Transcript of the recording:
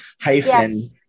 hyphen